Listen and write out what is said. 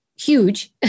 huge